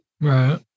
Right